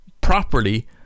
properly